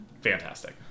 fantastic